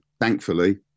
thankfully